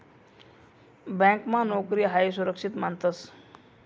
ब्यांकमा नोकरी हायी सुरक्षित मानतंस